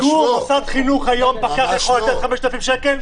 גור, מוסד בחינוך היום פקח יכול לתת 5,000 שקל?